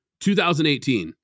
2018